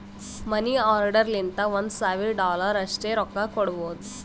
ಮನಿ order ಲಿಂತ ಒಂದ್ ಸಾವಿರ ಡಾಲರ್ ಅಷ್ಟೇ ರೊಕ್ಕಾ ಕೊಡ್ಬೋದ